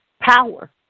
Power